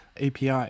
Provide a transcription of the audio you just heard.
API